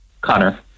Connor